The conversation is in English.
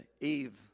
Eve